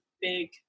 big